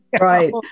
Right